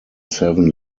seven